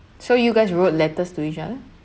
so you guys wrote letters to each other